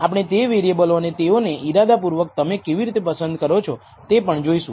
આપણે તે વેરીએબલો અને તેઓને ઇરાદાપૂર્વક તમે કેવી રીતે પસંદ કરો છો તે પણ જોઈશું